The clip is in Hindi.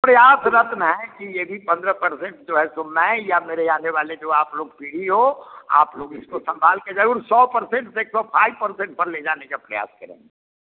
प्रयासरत्न हैं कि ये भी पंद्रह पर्सेन्ट जो है सुनना है या मेरे आने वाले जो आप लोग पीढ़ी हो आप लोग इसको संभाल के जरूर सौ पर्सेन्ट से एक सौ फाइव पर्सेन्ट पर ले जाने का प्रयास करें